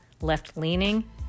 left-leaning